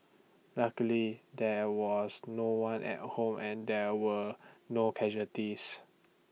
luckily there was no one at home and there were no casualties